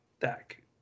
deck